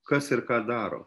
kas ir ką daro